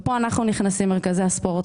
כאן אנחנו נכנסים, מרכזי הספורט.